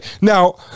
now